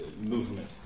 movement